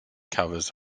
covers